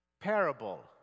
parable